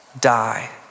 die